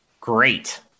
Great